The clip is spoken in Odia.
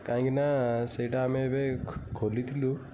କାହିଁକିନା ସେଟା ଆମେ ଏବେ ଖୋଲିଥିଲୁ